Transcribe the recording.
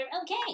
Okay